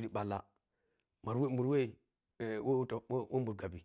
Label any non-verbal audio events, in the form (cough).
(hesitation) bangaremun pidhiwah mundhigin gefe munamun muwon kha kwokwom.